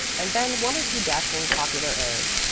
and then one or two dashing popular airs,